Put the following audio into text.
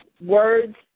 Words